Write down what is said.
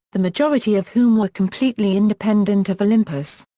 the majority of whom were completely independent of olympus.